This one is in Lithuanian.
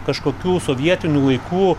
kažkokių sovietinių laikų